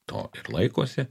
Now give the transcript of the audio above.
to ir laikosi